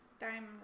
diamond